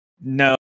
No